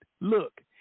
look